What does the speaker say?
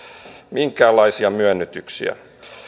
minkäänlaisia myönnytyksiä